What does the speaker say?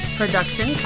production